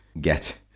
get